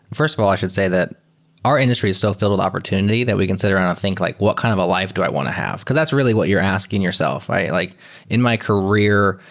first of all i should say that our industry is so fi lled opportunity that we consider and think like what kind of a life do i want to have? because that's really what you're asking yourself. like in my career,